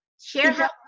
Share